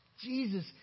Jesus